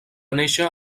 néixer